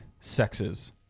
sexes